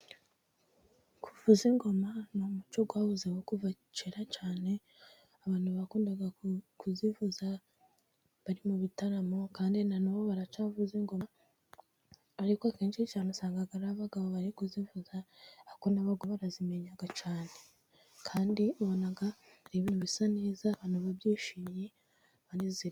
Kuvuza ingoma ni umuco wahozeho kuva kera cyane, abantu bakundaga kuzivuza bari mu bitaramo, kandi na n'ubu baracyavuza ingoma, ariko akenshi cyane usanga ari abagabo bari kuzivuza ariko n'abagore barazimenya cyane, kandi ubona ibintu bisa neza abantu babyishimiye banezerewe.